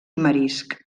marisc